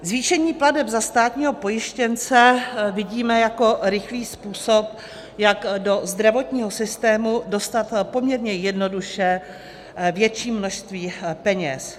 Zvýšení plateb za státního pojištěnce vidíme jako rychlý způsob, jak do zdravotního systému dostat poměrně jednoduše větší množství peněz.